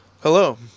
Hello